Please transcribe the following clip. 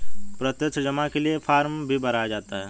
प्रत्यक्ष जमा के लिये फ़ार्म भी भराया जाता है